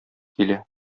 килә